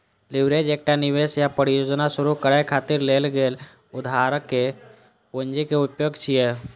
leverage एकटा निवेश या परियोजना शुरू करै खातिर लेल गेल उधारक पूंजी के उपयोग छियै